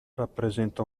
rappresenta